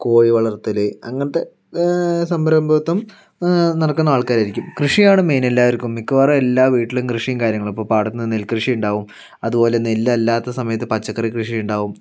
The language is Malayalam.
കോഴി വളർത്തൽ അങ്ങനത്തെ സംരംഭകത്ത്വം നടക്കണ ആൾക്കാരായിരിക്കും കൃഷിയാണ് മെയിൻ എല്ലാവർക്കും മിക്കവാറും എല്ലാ വീട്ടിലും കൃഷിയും കാര്യങ്ങളും ഇപ്പോൾ പാടത്തുനിന്ന് നെൽ കൃഷിയുണ്ടാവും അതുപോലെ നെല്ലിലാത്ത സമയത്ത് പച്ചക്കറി കൃഷിയുണ്ടാവും